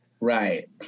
Right